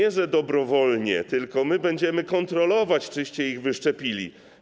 Nie, że dobrowolnie, tylko my będziemy kontrolować, czyście ich wyszczepili.